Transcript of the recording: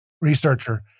researcher